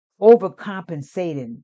overcompensating